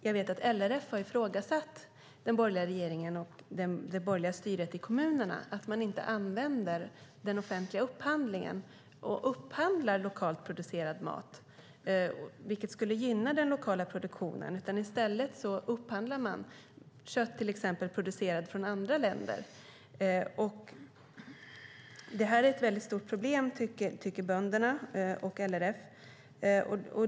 Jag vet att LRF har ifrågasatt den borgerliga regeringen och det borgerliga styret i kommunerna för att man inte använder den offentliga upphandlingen till att upphandla lokalt producerad mat, vilket skulle gynna den lokala produktionen. I stället upphandlar man till exempel kött producerat i andra länder. Det här är ett väldigt stort problem, tycker bönderna och LRF.